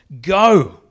Go